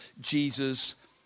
Jesus